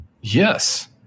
Yes